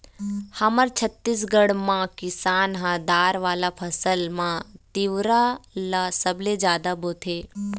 हमर छत्तीसगढ़ म किसान ह दार वाला फसल म तिंवरा ल सबले जादा बोथे